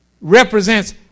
represents